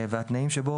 והתנאים שבו,